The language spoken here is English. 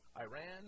Iran